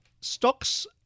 stocks